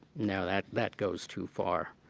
no, that that goes too far.